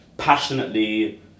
passionately